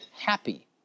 happy